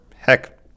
heck